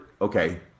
Okay